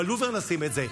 בלובר נשים את זה.